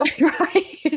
right